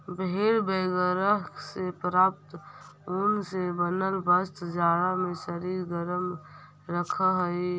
भेड़ बगैरह से प्राप्त ऊन से बनल वस्त्र जाड़ा में शरीर गरम रखऽ हई